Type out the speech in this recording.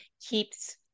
keeps